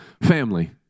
family